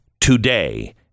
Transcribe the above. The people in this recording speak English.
today